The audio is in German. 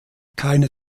keine